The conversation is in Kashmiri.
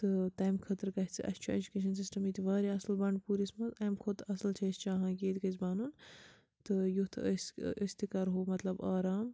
تہٕ تَمہِ خٲطرٕ گژھہِ اسہِ چھُ ایٚجوکیشَن سِسٹَم ییٚتہِ واریاہ اصٕل بَنڈٕپوٗرِس منٛز اَمہِ کھۄتہٕ اصٕل چھِ أسۍ چاہان کہِ ییٚتہِ گژھہِ بَنُن تہٕ یُتھ أسۍ أسۍ تہِ کَرہاو مطلب آرام